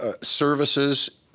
services